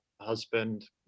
husband